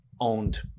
owned